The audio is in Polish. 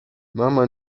mama